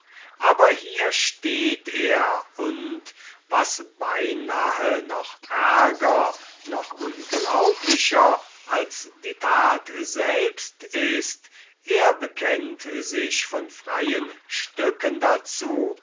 aber hier steht er und was beinahe noch ärger noch unglaublicher als die tat selbst ist er bekennt sich von freien stücken dazu